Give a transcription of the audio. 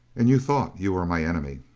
and you thought you were my enemy.